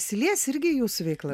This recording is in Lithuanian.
išsilies irgi jūsų veikla